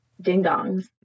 ding-dongs